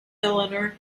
eleanor